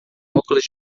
óculos